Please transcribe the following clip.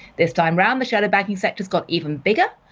this time around the shadow banking sector's got even bigger,